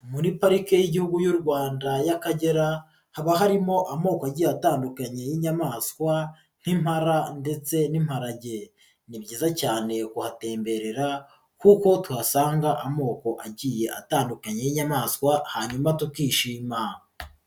Muri Parike y'Igihugu y'u Rwanda y'Akagera haba harimo amoko agiye atandukanye y'inyamaswa nk'impara ndetse n'imparage, ni byiza cyane kuhatemberera kuko tuhasanga amoko agiye atandukanye y'inyamaswa hanyuma tukishima.